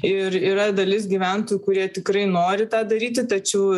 ir yra dalis gyventojų kurie tikrai nori tą daryti tačiau